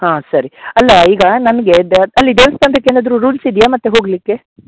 ಹಾಂ ಸರಿ ಅಲ್ಲ ಈಗ ನನಗೆ ದ ಅಲ್ಲಿ ದೇವಸ್ಥಾನಕ್ ಏನಾದರೂ ರೂಲ್ಸ್ ಇದೆಯಾ ಮತ್ತೆ ಹೋಗಲಿಕ್ಕೆ